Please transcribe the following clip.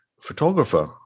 photographer